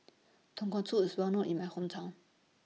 Tonkatsu IS Well known in My Hometown